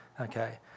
Okay